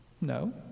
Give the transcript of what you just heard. No